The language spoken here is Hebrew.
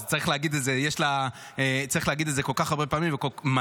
אז צריך להגיד את זה כל כך הרבה פעמים ומהר,